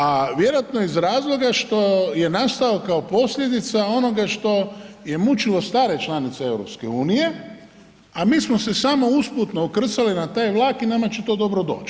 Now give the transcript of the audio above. A vjerojatno iz razloga što je nastao kao posljedica onoga što je mučilo stare članice EU a mi smo se samo usputno ukrcali na taj vlak i nama će to dobro doći.